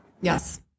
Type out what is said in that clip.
Yes